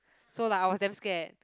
so like I was damn scared